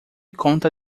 conta